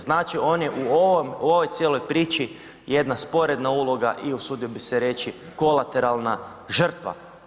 Znači on je u ovoj cijeloj priči jedna sporedna uloga i usudio bi se reći kolateralna žrtva.